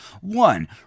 one